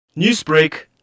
Newsbreak